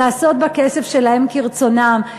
לעשות בכסף שלהם כרצונם,